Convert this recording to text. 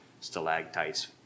stalactites